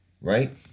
right